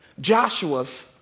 Joshua's